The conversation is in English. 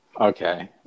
Okay